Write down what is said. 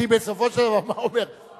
כי בסופו של דבר מה אומר השר?